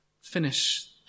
finish